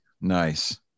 nice